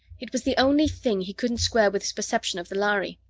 it was the only thing he couldn't square with his perception of the lhari.